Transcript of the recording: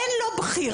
אין לו בחירה.